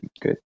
good